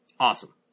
Awesome